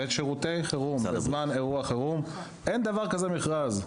בשירותי חירום בזמן אירוע חירום אין דבר כזה מכרז.